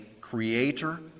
creator